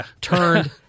turned